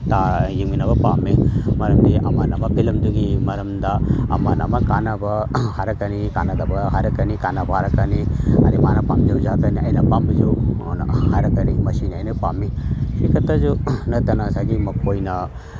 ꯌꯦꯡꯃꯤꯟꯅꯕ ꯄꯥꯝꯃꯤ ꯃꯔꯝꯗꯤ ꯑꯃꯅ ꯑꯃ ꯐꯤꯂꯝꯗꯨꯒꯤ ꯃꯔꯝꯗ ꯑꯃꯅ ꯑꯃ ꯀꯥꯟꯅꯕ ꯍꯥꯏꯔꯛꯀꯅꯤ ꯀꯥꯟꯅꯗꯕ ꯍꯥꯏꯔꯛꯀꯅꯤ ꯀꯥꯟꯅꯕ ꯍꯥꯏꯔꯛꯀꯅꯤ ꯑꯗꯒꯤ ꯃꯥꯅ ꯄꯥꯝꯖꯕ ꯖꯥꯠꯇ ꯑꯩꯅ ꯄꯥꯝꯕꯁꯨ ꯃꯥꯅ ꯍꯥꯏꯔꯛꯀꯅꯤ ꯃꯁꯤꯅ ꯑꯩꯅ ꯄꯥꯝꯃꯤ ꯁꯤ ꯈꯛꯇꯁꯨ ꯅꯠꯇꯅ ꯉꯁꯥꯏꯒꯤ ꯃꯈꯣꯏꯅ